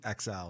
XL